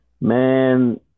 Man